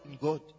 God